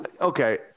Okay